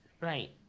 Right